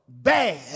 bad